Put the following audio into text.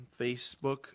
Facebook